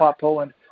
Poland